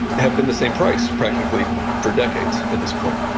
have been the same price practically for decades at this point.